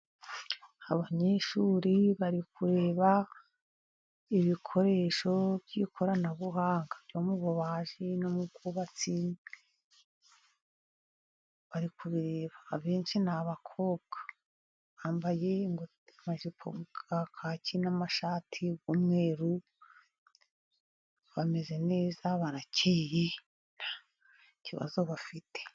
Abanyeshuri bari kureba ibikoresho by'ikoranabuhanga, no mu bubaji n'u bwubatsi bari kubireba abenshi ni abakobwa, bambaye ijipo ya kaki n'amashati y'umweru bameze neza barakeye nta kibazo bafite.